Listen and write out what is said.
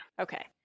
Okay